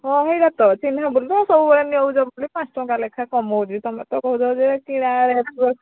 ହଁ ହେଇଟା ତ ଚହ୍ନିଛୁ ବୋଲି ତ ସବୁବେଳେ ନେଉଛ ବୋଲି ପାଞ୍ଚ ଟଙ୍କା ଲେଖା କମାଉଛି ତୁମେ ତ କହୁଛ ଯେ କିରା ରେଟ୍